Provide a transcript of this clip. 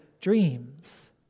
dreams